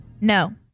No